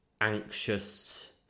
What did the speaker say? anxious